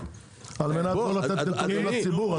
על מנת לא לתת נתונים לציבור?